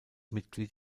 mitglied